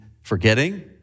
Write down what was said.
forgetting